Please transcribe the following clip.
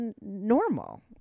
normal